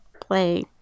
play